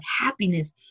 happiness